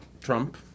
Trump